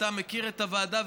אתה מכיר את הוועדה,